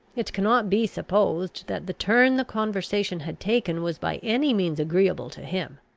it cannot be supposed that the turn the conversation had taken was by any means agreeable to him.